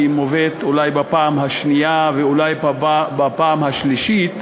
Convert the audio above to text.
היא מובאת אולי בפעם השנייה ואולי בפעם השלישית,